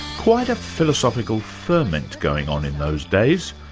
quite a philosophical ferment going on in those days.